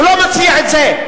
הוא לא מציע את זה.